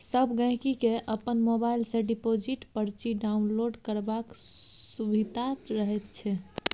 सब गहिंकी केँ अपन मोबाइल सँ डिपोजिट परची डाउनलोड करबाक सुभिता रहैत छै